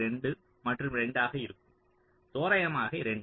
2 மற்றும் 2 ஆகும் தோராயமாக 2